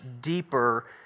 deeper